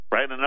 Right